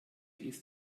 ist